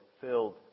filled